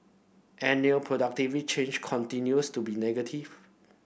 annual productivity change continues to be negative